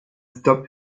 stop